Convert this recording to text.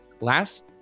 Last